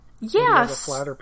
Yes